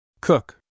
cook